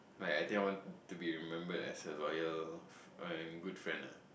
like I think I want to be remember as a loyal and good friend ah